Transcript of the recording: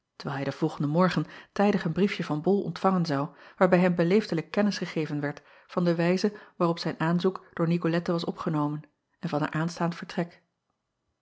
terwijl hij den volgenden morgen tijdig een briefje van ol ontvangen zou waarbij hem beleefdelijk kennis gegeven werd van de wijze waarop zijn aanzoek door icolette was opgenomen en van haar aanstaand vertrek